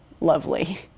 lovely